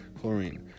Chlorine